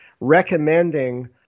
recommending